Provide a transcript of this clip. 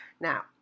Now